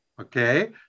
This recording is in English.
Okay